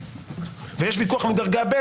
ויש ויכוח מדרגה ב',